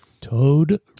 Toad